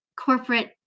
corporate